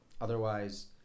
Otherwise